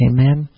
Amen